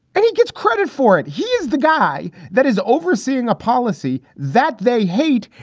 and he gets credit for it. he is the guy that is overseeing a policy that they hate.